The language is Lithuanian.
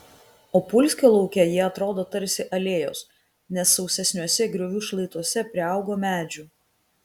opulskio lauke jie atrodo tarsi alėjos nes sausesniuose griovių šlaituose priaugo medžių